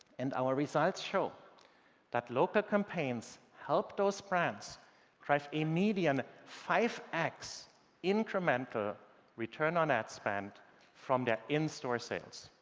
and our results showed that local campaigns helped those brands drive a median five x incremental return-on-ad-spend from their in-store sales.